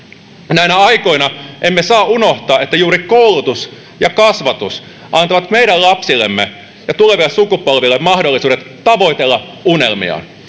näinä aikoina emme saa unohtaa että juuri koulutus ja kasvatus antavat meidän lapsillemme ja tuleville sukupolville mahdollisuudet tavoitella unelmiaan